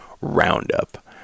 Roundup